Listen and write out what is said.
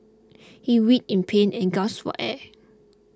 he writhed in pain and gasped for air